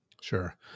Sure